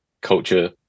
culture